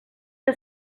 que